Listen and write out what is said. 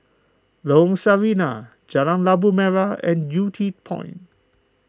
Lorong Sarina Jalan Labu Merah and Yew Tee Point